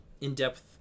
in-depth